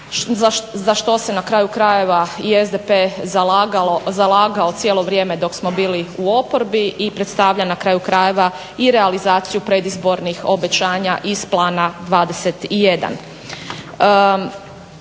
za što se na kraju krajeva i SDP zalagao cijelo vrijeme dok smo bili u oporbi i predstavlja na kraju krajeva i realizaciju predizbornih obećanja iz Plana 21.